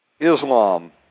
Islam